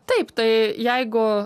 taip tai jeigu